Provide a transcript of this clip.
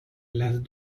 las